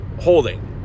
holding